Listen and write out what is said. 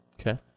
Okay